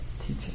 teaching